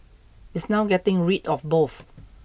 it's now getting rid of both